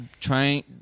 trying